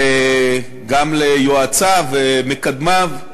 וגם ליועציו ומקדמיו.